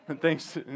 Thanks